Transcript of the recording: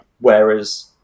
Whereas